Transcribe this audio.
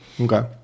Okay